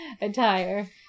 attire